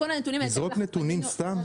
לזרוק נתונים סתם?